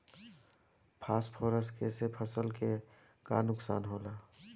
Phosphorus के से फसल के का नुकसान होला?